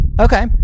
Okay